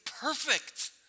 perfect